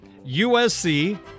USC